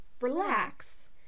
relax